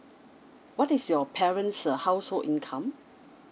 what is your parents' uh household income